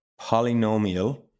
polynomial